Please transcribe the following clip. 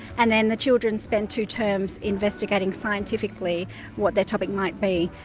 and then the children spend two terms investigating scientifically what their topic might be.